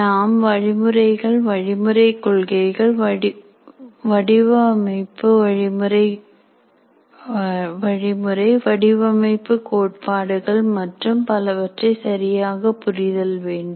நாம் வழிமுறைகள் வழிமுறை கொள்கைகள் வடிவமைப்பு வழிமுறை வடிவமைப்பு கோட்பாடுகள் மற்றும் பலவற்றை சரியாக புரிதல் வேண்டும்